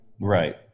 Right